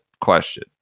question